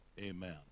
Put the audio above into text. Amen